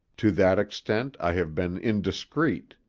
to that extent i have been indiscreet.